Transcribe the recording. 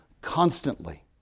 constantly